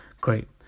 Great